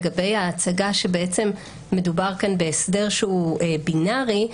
לגבי ההצגה שמדובר כאן בהסדר שהוא בינארי,